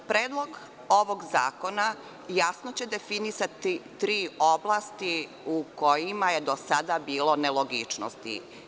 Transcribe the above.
Predlog ovog zakona jasno će definisati tri oblasti u kojima je do sada bilo nelogičnosti.